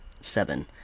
seven